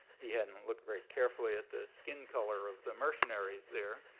he hadn't looked very carefully at the skin color of the mercenaries there.